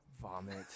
Vomit